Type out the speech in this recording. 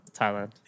Thailand